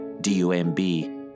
D-U-M-B